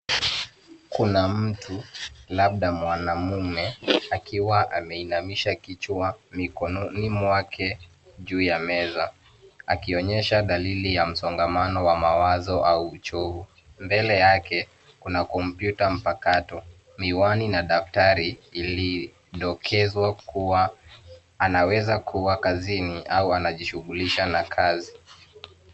Kuna mtu labda mwanamume akiwa ameinamisha kichwa mikononi mwake juu ya meza akionyesha dalili ya msongamano wa mawazo au uchovu. Mbele yake kuna kompyuta mpakato, miwani na daftari ilidokezwa kuwa anaweza kuwa kazini au anajishughulisha na kazi.